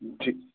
جی